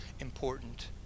important